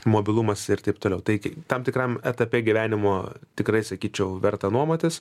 mobilumas ir taip toliau tai tik tam tikram etape gyvenimo tikrai sakyčiau verta nuomotis